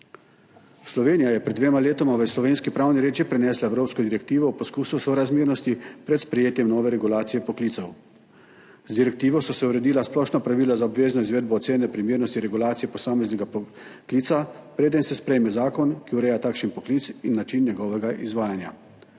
Slovenija je pred dvema letoma v slovenski pravni red že prenesla evropsko direktivo o poskusu sorazmernosti pred sprejetjem nove regulacije poklicev. Z direktivo so se uredila splošna pravila za obvezno izvedbo ocene primernosti regulacije posameznega poklica, preden se sprejme zakon, ki ureja takšen poklic in način njegovega izvajanja.